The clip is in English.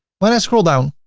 when i scroll down,